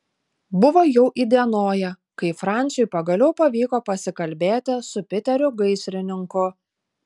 buvo jau įdienoję kai franciui pagaliau pavyko pasikalbėti su piteriu gaisrininku